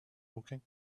woking